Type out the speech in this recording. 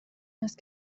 است